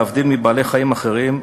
להבדיל מבעלי-חיים אחרים,